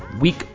week